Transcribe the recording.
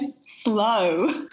slow